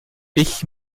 ich